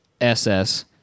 SS